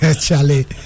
Charlie